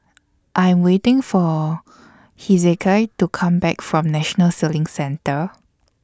I'm waiting For Hezekiah to Come Back from National Sailing Centre